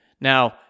Now